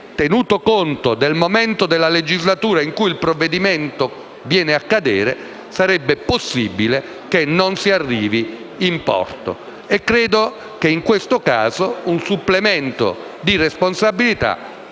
tenuto conto del momento della legislatura in cui il provvedimento viene a cadere, sarebbe possibile che non si arrivi in porto. Credo che, in questo caso, un supplemento di responsabilità